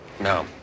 No